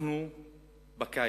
אנחנו בקיץ.